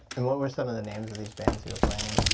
and what were some of the names of these bands you were playing in?